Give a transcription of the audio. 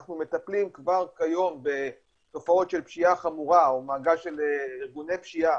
אנחנו מטפלים כבר כיום בתופעות של פשיעה חמורה או מעגל של ארגוני פשיעה,